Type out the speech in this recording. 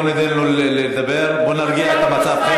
בואו ניתן לו לדבר, בואו נרגיע את המצב.